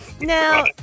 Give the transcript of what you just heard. Now